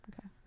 Okay